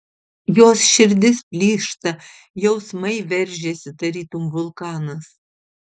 jos širdis plyšta jausmai veržiasi tarytum vulkanas